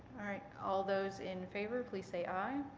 alright. all those in favor, please say aye.